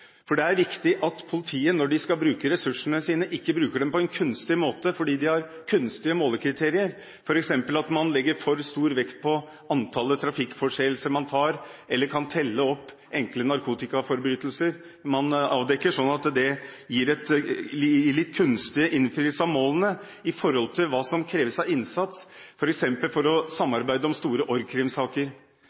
Det er viktig at politiet, når de skal bruke ressursene sine, ikke bruker dem på en kunstig måte fordi de har kunstige målekriterier, f.eks. at man legger for stor vekt på antallet man tar for trafikkforseelser eller kan telle opp enkle narkotikaforbrytelser man avdekker – det gir en litt kunstig innfrielse av målene i forhold til hva som kreves av innsats, f.eks. for å samarbeide om store